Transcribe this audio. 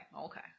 Okay